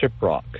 Shiprock